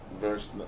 verse